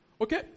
Okay